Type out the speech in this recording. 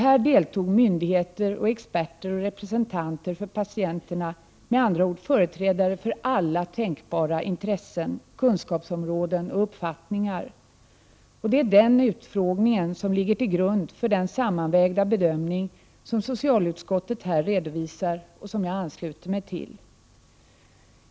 Här deltog myndigheter, experter och representanter för patienterna, med andra ord, företrädare för alla tänkbara intressen, kunskapsområden och uppfattningar. Det är den utfrågningen som ligger till grund för den sammanvägda bedömning som socialutskottet här redovisar och som jag ansluter mig till.